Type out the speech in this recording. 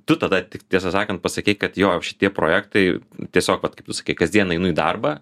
tu tada tik tiesą sakant pasakei kad jo šitie projektai tiesiog kaip tu sakei kasdien einu į darbą